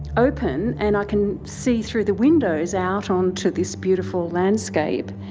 open and i can see through the windows out onto this beautiful landscape,